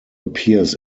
appears